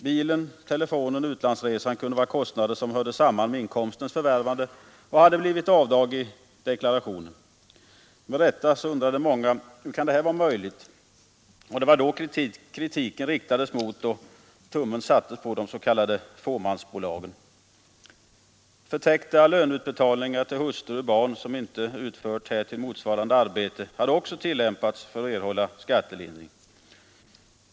Bilen, telefonen, utlandsresan kunde vara kostnader som hörde samman med inkomstens förvärvande och hade blivit avdrag i deklarationen. Med rätta undrade många: Hur kan detta vara möjligt? Det var då kritiken riktades mot och tummen sattes på de s.k. fåmansbolagen. Förtäckta löneutbetalningar till hustru och barn som inte utfört motsvarande arbete hade också tillämpats för att ge skattelindring.